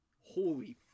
Holy